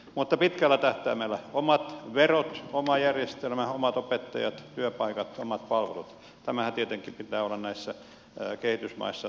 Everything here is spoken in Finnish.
mutta pitkällä tähtäimellä omat verot oma järjestelmä omat opettajat työpaikat omat palvelut tämänhän tietenkin pitää olla näissä kehitysmaissa tavoitteena